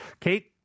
Kate